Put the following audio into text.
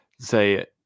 say